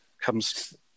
comes